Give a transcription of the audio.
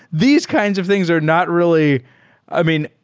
these kinds of things are not really i mean,